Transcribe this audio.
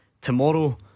Tomorrow